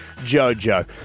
Jojo